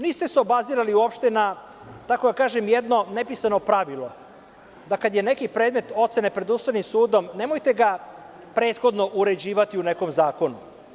Niste se obazirali uopšte na jedno nepisano pravilo, da kada je neki predmet ocene pred Ustavnim sudom, nemojte ga prethodno uređivati u nekom zakonu.